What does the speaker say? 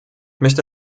möchte